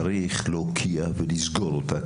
צריך להוקיע ולסגור אותה,